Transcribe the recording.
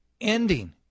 ending